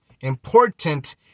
important